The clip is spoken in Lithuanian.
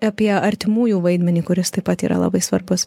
apie artimųjų vaidmenį kuris taip pat yra labai svarbus